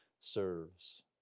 serves